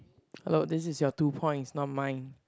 hello this is your two points not mine